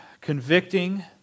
convicting